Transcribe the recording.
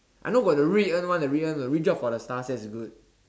I know got the Rui-En one the Rui-En the reach out for the stars that's good